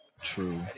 True